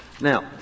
Now